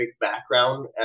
background